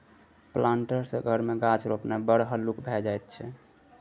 planter सँ घर मे गाछ रोपणाय बड़ हल्लुक भए जाइत छै